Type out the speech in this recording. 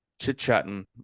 chit-chatting